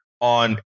On